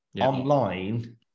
online